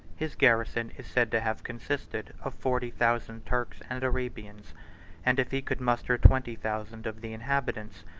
his garrison is said to have consisted of forty thousand turks and arabians and if he could muster twenty thousand of the inhabitants,